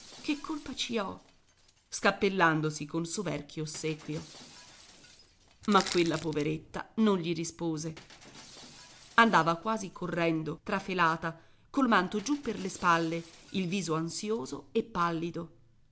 che colpa ci ho scappellandosi con soverchio ossequio ma quella poveretta non gli rispose andava quasi correndo trafelata col manto giù per le spalle il viso ansioso e pallido